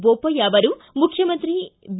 ಬೋಪಯ್ಯ ಅವರು ಮುಖ್ಯಮಂತ್ರಿ ಬಿ